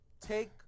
take